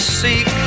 seek